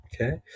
Okay